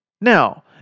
Now